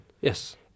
yes